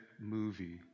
movie